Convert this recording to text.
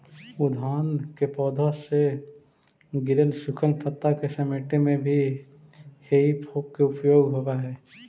उद्यान के पौधा से गिरल सूखल पता के समेटे में भी हेइ फोक के उपयोग होवऽ हई